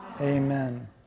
Amen